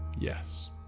Yes